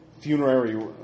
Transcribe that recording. funerary